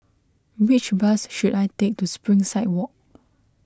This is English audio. which bus should I take to Springside Walk